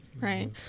Right